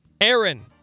Aaron